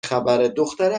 خبرهدختره